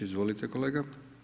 Izvolite kolega.